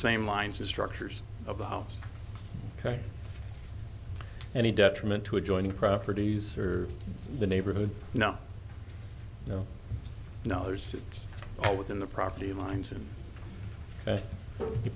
same lines the structures of the house and a detriment to adjoining properties or the neighborhood no no no there's no within the property lines in the